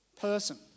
person